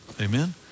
Amen